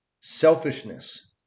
selfishness